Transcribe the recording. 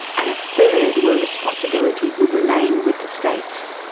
and a third where responsibility would remain with the states.